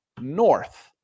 north